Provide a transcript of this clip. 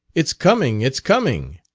it's coming, it's coming